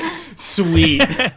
Sweet